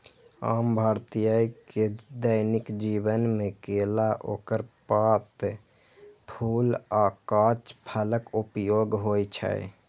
आम भारतीय के दैनिक जीवन मे केला, ओकर पात, फूल आ कांच फलक उपयोग होइ छै